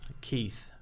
Keith